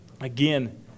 again